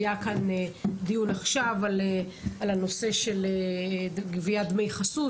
היה כאן דיון בנושא גביית דמי חסות,